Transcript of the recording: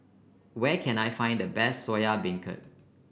where can I find the best Soya Beancurd